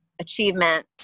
achievement